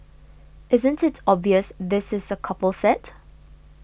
isn't it obvious this is a couple set